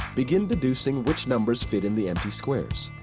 begin deducing which numbers fit in the empty squares.